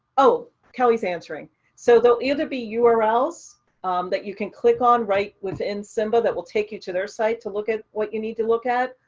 oh, kelly's answering so they'll either be urls that you can click on right within simba that will take you to their site to look at what you need to look at.